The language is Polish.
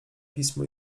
pismo